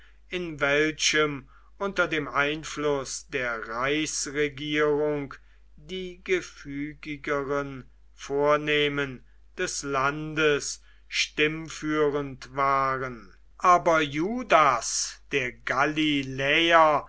in welchem unter dem einfluß der reichsregierung die gefügigeren vornehmen des landes stimmführend waren aber judas der